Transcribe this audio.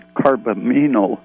carbamino